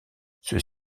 ceux